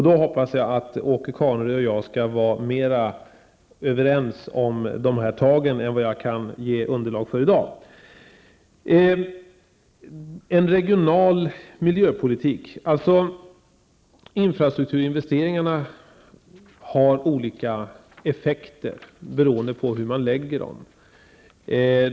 Då hoppas jag att Åke Carnerö och jag skall vara mera överens om vad som skall göras än vad vi i dag kan vara. Infrastrukturinvesteringarna har olika effekter beroende på var de läggs.